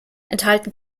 enthalten